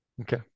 Okay